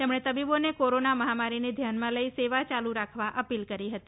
તેમણે તબીબોને કોરોના મહામારીને ધ્યાનમાં લઈ સેવા ચાલુ રાખવા અપીલ કરી હતી